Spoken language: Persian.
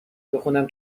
بخونم